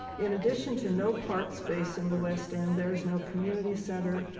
in addition to no park space in the west end there is no community center,